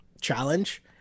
challenge